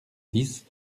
dix